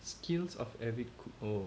skills of every cook oh